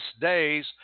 days